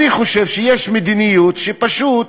אני חושב שיש מדיניות פשוט